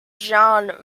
john